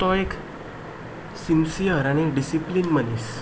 तो एक सिंसियर आनी डिसिप्लीन मनीस